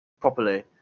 properly